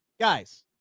Guys